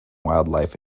wildlife